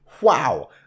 Wow